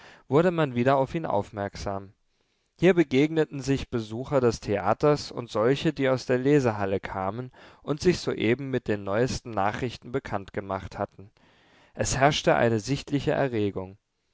wurde man wieder auf ihn aufmerksam hier begegneten sich besucher des theaters und solche die aus der lesehalle kamen und sich soeben mit den neuesten nachrichten bekanntgemacht hatten es herrschte eine sichtliche erregung